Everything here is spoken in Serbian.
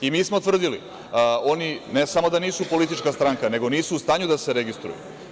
Mi smo tvrdili, oni ne samo da nisu politička stranka, nego nisu u stanju da se registruju.